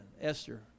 Esther